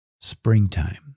springtime